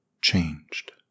changed